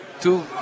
two